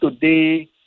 today